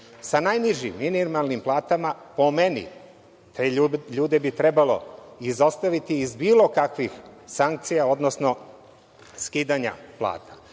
sa najnižim, minimalnim platama, po meni, te ljude bi trebalo izostaviti iz bilo kakvih sankcija, odnosno skidanja plata. Da